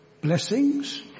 blessings